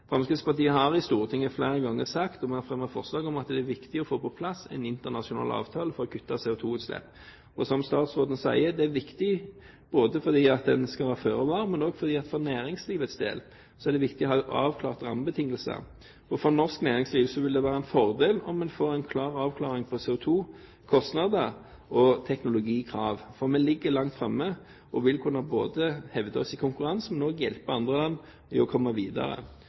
Fremskrittspartiet har i Stortinget flere ganger sagt – og vi har fremmet forslag om det – at det er viktig å få på plass en internasjonal avtale for å kutte CO2-utslipp. Og, som statsråden sier, det er viktig fordi man skal være føre var, men også for næringslivets del er det viktig å ha avklarte rammebetingelser. For norsk næringsliv vil det være en fordel om en får en avklaring av CO2-kostnader og teknologikrav. For vi ligger langt framme og vil kunne hevde oss i konkurransen, men også hjelpe andre land i å komme videre.